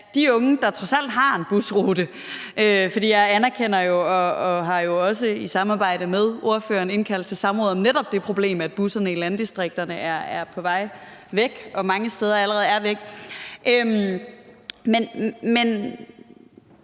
jeg anerkender det jo også, og jeg har også i et samarbejde med ordføreren indkaldt til et samråd om netop det problem, at busserne i landdistrikterne er på vej væk, og at de mange steder allerede er væk. Men